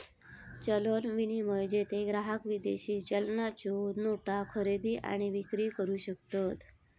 चलन विनिमय, जेथे ग्राहक विदेशी चलनाच्यो नोटा खरेदी आणि विक्री करू शकतत